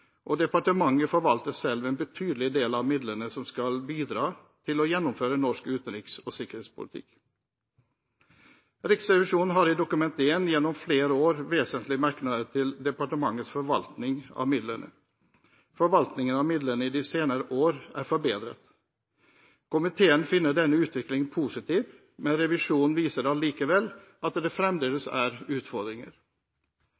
og departementet forvalter selv en betydelig del av midlene som skal bidra til å gjennomføre norsk utenriks- og sikkerhetspolitikk. Riksrevisjonen har i Dokument 1 gjennom flere år hatt vesentlige merknader til departementets forvaltning av midlene. Forvaltningen av midlene i de senere år er forbedret. Komiteen finner denne utviklingen positiv, men revisjonen viser allikevel at det